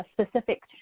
specific